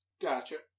Gotcha